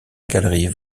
galerie